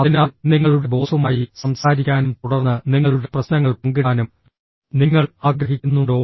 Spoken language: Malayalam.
അതിനാൽ നിങ്ങളുടെ ബോസുമായി സംസാരിക്കാനും തുടർന്ന് നിങ്ങളുടെ പ്രശ്നങ്ങൾ പങ്കിടാനും നിങ്ങൾ ആഗ്രഹിക്കുന്നുണ്ടോ